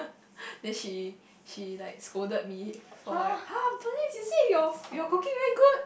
then she she like scolded me for like !huh! Bernice you say your your cooking very good